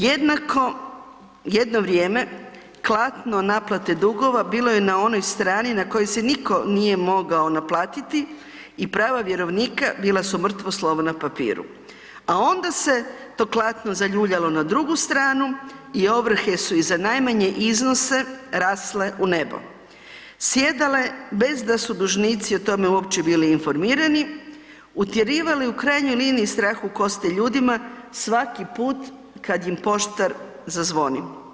Jednako jedno vrijeme, klatno naplate dugova bilo je na onoj strani na kojoj se nitko nije mogao naplatiti i prava vjerovnika bila su mrtvo slovo na papiru, a onda se to klatno zaljuljalo na drugu stranu i ovrhe su i za najmanje iznose rasle u nebo, sjedale bez da su dužnici o tome uopće bili informirani, utjerivali u krajnjoj liniji strah u kosti ljudima svaki put kad im poštar zazvoni.